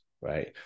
right